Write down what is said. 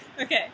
Okay